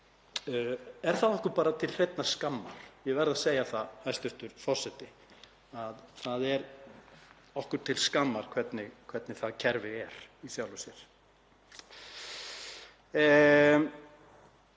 er það okkur bara til hreinnar skammar, ég verð að segja það, hæstv. forseti, það er okkur til skammar hvernig það kerfi er í sjálfu sér.